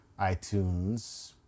iTunes